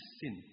sin